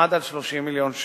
עמד על 30 מיליון שקל.